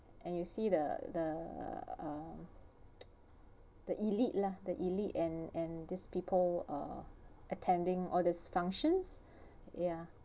and you see the the uh the elite lah the elite and and this people uh attending all these functions ya